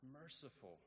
merciful